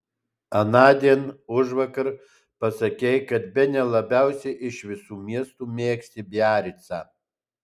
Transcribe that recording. anądien užvakar pasakei kad bene labiausiai iš visų miestų mėgsti biaricą